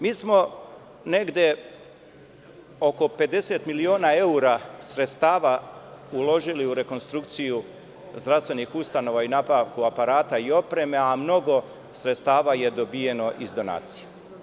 Mi smo negde oko 50 miliona evra sredstava uložili u rekonstrukciju zdravstvenih ustanova i nabavku aparata i opreme, a mnogo sredstava je dobijeno iz donacije.